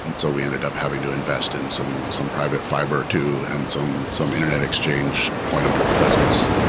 and so we ended up having to invest in some some private fiber two and some some internet exchange point of presence.